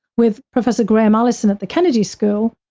with professor graham allison at the kennedy school,